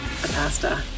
pasta